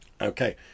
Okay